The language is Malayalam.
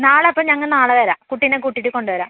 നാളെ അപ്പം ഞങ്ങൾ നാളെ വരാം കുട്ടീനെ കൂട്ടിയിട്ട് കൊണ്ടുവരാം